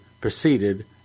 proceeded